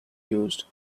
used